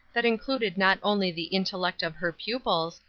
that included not only the intellect of her pupils,